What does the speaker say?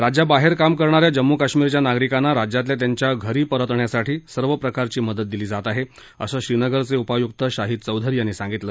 राज्याबाहेर काम करणाऱ्या जम्मू काश्मीरच्या नागरिकांना राज्यातल्या त्यांच्या घरी परतण्यासाठी सर्व प्रकारची मदत दिली जात आहे असं श्रीनगरचे उपायुक्त शाहिद चौधरी यांनी सांगितलं